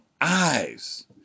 eyes